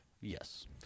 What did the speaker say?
Yes